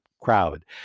crowd